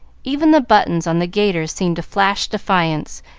even the buttons on the gaiters seemed to flash defiance,